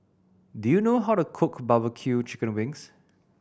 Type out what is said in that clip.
do you know how to cook bbq chicken wings